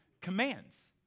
commands